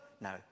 No